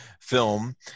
film